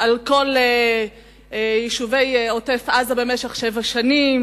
על כל יישובי עוטף-עזה במשך שבע שנים?